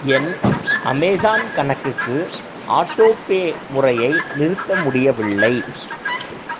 என் Amazon கணக்குக்கு autopay முறையை நிறுத்த முடியவில்லை